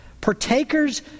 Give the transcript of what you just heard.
partakers